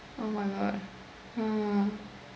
oh my god (uh huh)